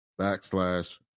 backslash